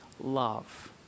love